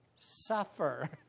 suffer